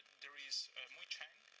there is muy-cheng,